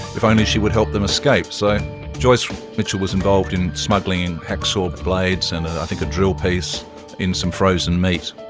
if only she would help them escape. so joyce mitchell was involved in smuggling hacksaw blades and i think a drill piece in some frozen meat.